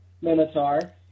Minotaur